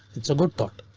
it's a good thought.